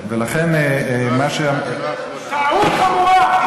ולכן, מה, טעות חמורה.